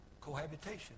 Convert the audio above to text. cohabitation